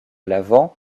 l’avant